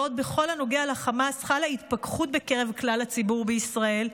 בעוד בכל הנוגע לחמאס חלה התפכחות בקרב כלל הציבור בישראל,